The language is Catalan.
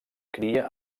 cria